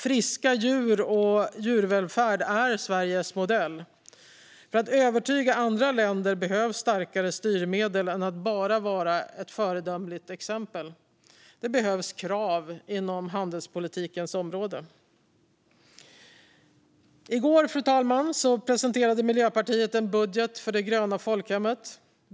Friska djur och djurvälfärd är Sveriges modell. För att övertyga andra länder behövs starkare styrmedel än att bara vara ett föredömligt exempel. Det behövs krav inom handelspolitikens område. Fru talman! I går presenterade Miljöpartiet en budget för det gröna folkhemmet.